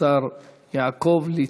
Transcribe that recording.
שר הבריאות יעקב ליצמן.